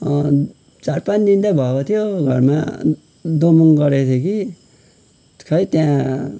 चार पाँचदिन त भएको थियो घरमा दोमङ गरेको थियो कि खोइ त्यहाँ